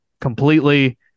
completely